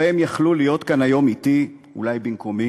הרי הם יכלו להיות כאן היום אתי, אולי במקומי.